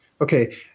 okay